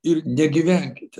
ir negyvenkite